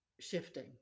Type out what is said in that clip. shifting